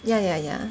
ya ya ya